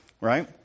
right